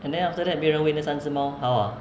and then after that 没有人喂那三只猫 how ah